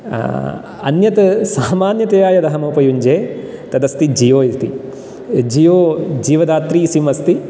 अन्यत् सामान्यतया यदहम् उपयुञ्जे तदस्ति जियो इति जियो जीवदात्री सिम् अस्ति